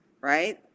right